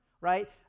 right